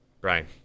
Brian